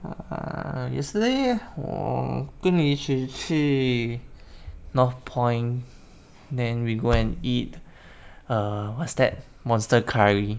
uh yesterday 我跟你一起去 north point then we go and eat err what's that monster curry